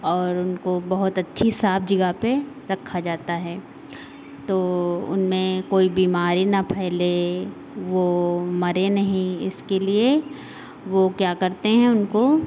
और उनको बहुत अच्छी साफ जगह पे रखा जाता है तो उनमें कोई बीमारी ना फैले वो मरे नहीं इसके लिए वो क्या करते हैं उनको